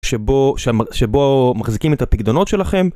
שבו, שבו מחזיקים את הפיקדונות שלכם.